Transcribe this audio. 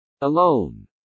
alone